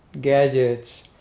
gadgets